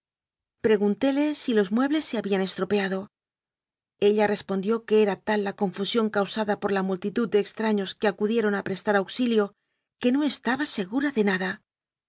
preguntóle si los mue bles se habían estropeado ella respondió que era tal la confusión causada por la multitud de extra ños que acudieron a prestar auxilio que no estaba segura de nada